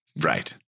Right